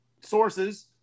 sources